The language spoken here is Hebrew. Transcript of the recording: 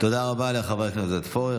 תודה רבה לחבר הכנסת פורר.